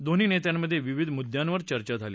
दोन्ही नेत्यांमधे विविध मुद्यांवर चर्चा झाली